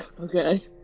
Okay